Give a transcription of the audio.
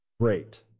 great